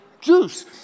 juice